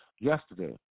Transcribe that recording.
yesterday